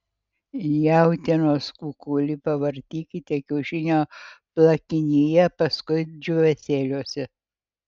jautienos kukulį pavartykite kiaušinio plakinyje paskui džiūvėsėliuose